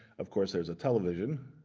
of course, there's a television.